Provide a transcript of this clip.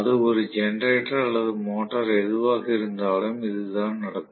அது ஒரு ஜெனரேட்டர் அல்லது மோட்டார் எதுவாக இருந்தாலும் இதுதான் நடக்கும்